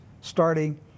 starting